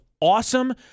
awesome